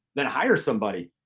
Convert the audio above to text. then hire somebody!